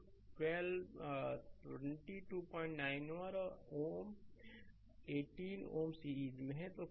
तो 2291 और Ω और 18 18 Ω सीरीज में है है